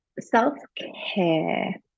self-care